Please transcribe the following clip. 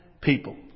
people